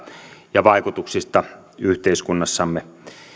ja vaikutuksista yhteiskunnassamme